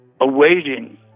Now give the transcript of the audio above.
awaiting